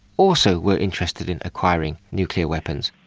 also were interested in acquiring nuclear weapons.